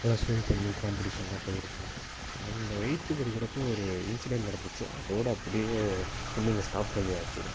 நல்லா சும் பண்ணி காம்பட்டீசனெல்லாம் போயிருக்கேன் அண்டு எயித்து படிக்கிறப்போது ஒரு இன்ஸிடெண்ட் நடந்துச்சு அதோடு அப்படியே சும்மிங்கை ஸ்டாப் பண்ணியாச்சு